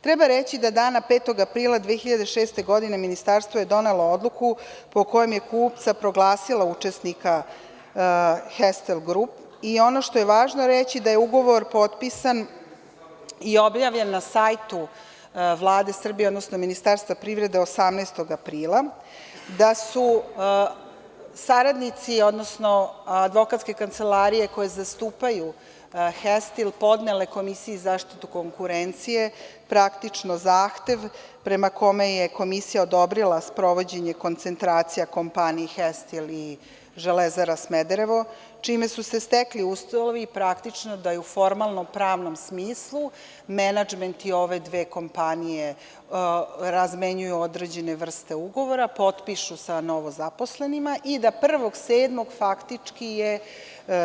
Treba reći da dana 5. aprila 2006. godine Ministarstvo je donelo odluku po kojom je kupca proglasilo učesnika „Hestil grup“, i ono što je važno reći, da je ugovor potpisan i objavljen na sajtu Vlade Srbije, odnosno Ministarstva privrede 18. aprila, da su saradnici odnosno advokatske kancelarije koje zastupaju „Hestil“ podnele Komisiji za zaštitu konkurencije praktično zahtev prema kome je Komisija odobrila sprovođenje koncentracija kompaniji „Hestil“ i „Železara Smederevo“, čime su se stekli uslovi praktično da i u formalno-pravnom smislu menadžmenti ove dve kompanije razmenjuju određene vrste ugovora, potpišu sa novozaposlenima i da 1. 07. faktički je